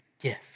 gift